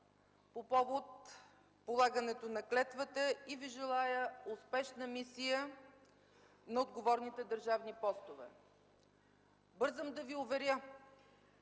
по повод полагането на клетвата и Ви желая успешна мисия на отговорните държавни постове! Бързам да Ви уверя,